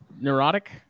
neurotic